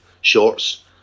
shorts